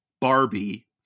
Barbie